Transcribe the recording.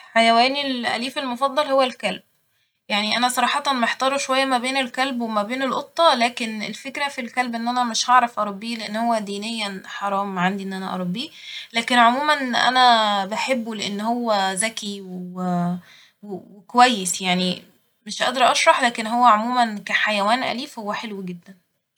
حيواني ال- أليف المفضل هو الكلب ، يعني أنا صراحة محتارة شوية ما بين الكلب وما بين القطة لكن الفكرة في الكلب إن أنا مش هعرف أربيه لإن هو دينيا حرام عندي إن أنا أربيه لكن عموما أنا بحبه لإن هو زكي و و و كويس يعني ، مش قادره أشرح لكن هو عموما كحيوان أليف هو حلو جدا